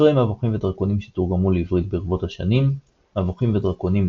ספרי מבוכים ודרקונים שתורגמו לעברית ברבות השנים מבוכים ודרקונים,